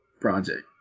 project